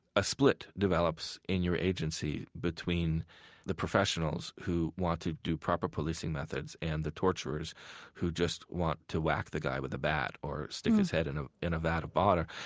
a split develops in your agency between the professionals who want to do proper policing methods and the torturers who just want to whack the guy with the bat or stick his head and in a vat of water.